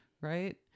Right